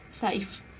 safe